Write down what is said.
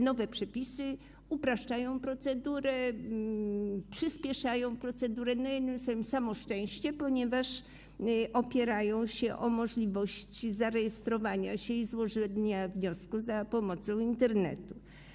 Nowe przepisy upraszczają procedurę, przyspieszają procedurę, jednym słowem, samo szczęście, ponieważ opierają się na możliwości zarejestrowania się i złożenia wniosku za pomocą Internetu.